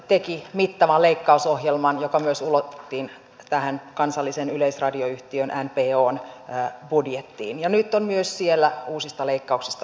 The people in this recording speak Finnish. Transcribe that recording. teki mittavan leikkausohjelman joka myös ulotettiin tähän kansallisen yleisradioyhtiön npon budjettiin ja nyt on myös siellä uusista leikkauksista päätetty